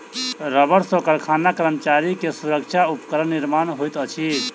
रबड़ सॅ कारखाना कर्मचारी के सुरक्षा उपकरण निर्माण होइत अछि